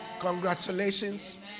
Congratulations